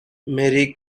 marie